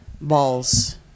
balls